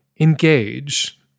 engage